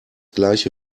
gleiche